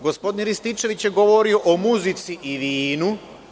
Gospodin Rističević je govorio o muzici i vinu.